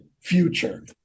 future